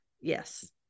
Yes